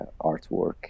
artwork